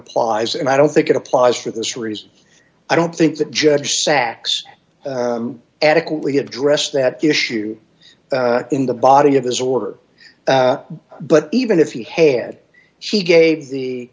applies and i don't think it applies for this reason i don't think the judge sachs adequately addressed that issue in the body of this order but even if he head she gave the